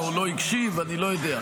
תמיד אני מקשיב לך.